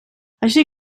així